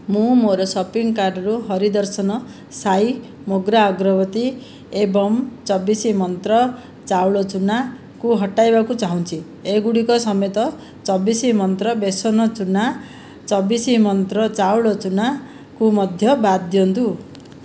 ମୁଁ ମୋର ସପିଂ କାର୍ଟ୍ରୁ ହରି ଦର୍ଶନ ସାଇ ମୋଗ୍ରା ଅଗରବତୀ ଏବଂ ଚବିଶ ମନ୍ତ୍ର ଚାଉଳ ଚୂନାକୁ ହଟାଇବାକୁ ଚାହୁଁଛି ଏଗୁଡ଼ିକ ସମେତ ଚବିଶ ମନ୍ତ୍ର ବେସନ ଚୂନା ଚବିଶ ମନ୍ତ୍ର ଚାଉଳ ଚୂନାକୁ ମଧ୍ୟ ବାଦ୍ ଦିଅନ୍ତୁ